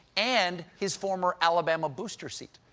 and his former alabama booster seat.